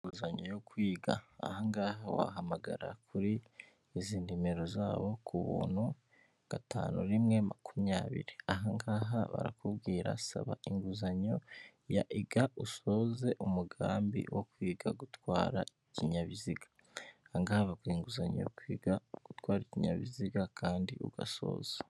Inguzanyo yo kwiga, aha ngaha wahamagara kuri izi nimero zabo ku buntu, gatanu, rimwe, makumyabiri, aha ngaha barakubwira, saba inguzanyo ya iga usoze umugambi wo kwiga gutwara ikinyabiziga, aha ngaha baguha inguzanyo kwiga gutwara ikinyabiziga kandi ugasoza.